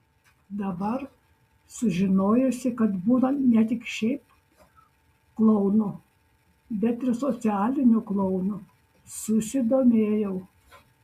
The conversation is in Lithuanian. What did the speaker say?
dabar sužinojusi kad būna ne tik šiaip klounų bet ir socialinių klounų susidomėjau